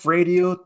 Radio